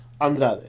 Andrade